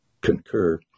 concur